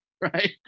right